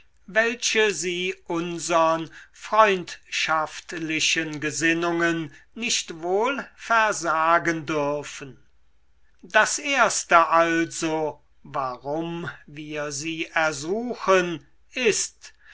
welche sie unsern freundschaftlichen gesinnungen nicht wohl versagen dürfen das erste also warum wir sie ersuchen ist